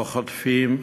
לא חוטפים,